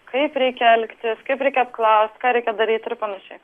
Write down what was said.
kaip reikia elgtis kaip reikia apklaust ką reikia daryt ir panašiai